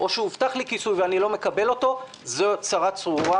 או שהובטח לי כיסוי ואני לא מקבל אותו זה צרה צרורה.